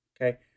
okay